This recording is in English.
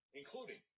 including